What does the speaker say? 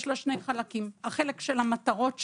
יש לה שני חלקים החלק של המטרות שלה,